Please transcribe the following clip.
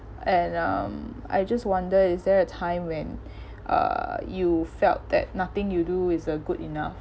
and um I just wonder is there a time when uh you felt that nothing you do is uh good enough